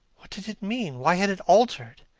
what did it mean? why had it altered?